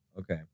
Okay